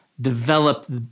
develop